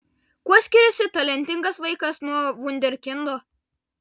kuo skiriasi talentingas vaikas nuo vunderkindo